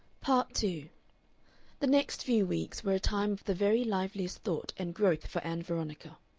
part two the next few weeks were a time of the very liveliest thought and growth for ann veronica.